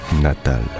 natal